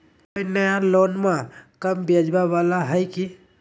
कोइ नया लोनमा कम ब्याजवा वाला हय की?